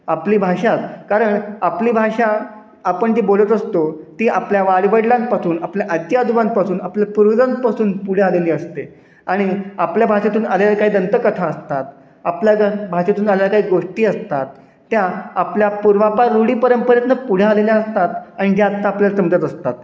आपली भाषाच कारण आपली भाषा आपण जी बोलत असतो ती आपल्या वाडवडिलांपासून आपल्या आजी आजोबांपासून आपल्या पूर्वजांपासून पुढे आलेली असते आणि आपल्या भाषेतून आलेल्या काही दंतकथा असतात आपल्या भाषेतून आल्या काही गोष्टी असतात त्या आपल्या पूर्वापार रूढी परंपरेतनं पुढे आलेल्या असतात आणि ज्या आत्ता आपल्याला समजत असतात